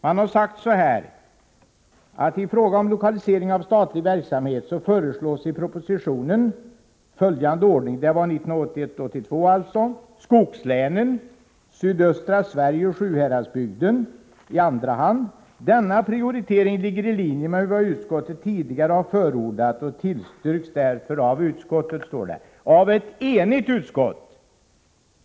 Det skrevs 1981/82:”--—- vid lokalisering av statlig verksamhet föreslås i propositionen följande ordning: Denna prioritering ligger i linje med vad utskottet tidigare har förordat och tillstyrks därför av utskottet.” Så uttalar sig ett enigt utskott.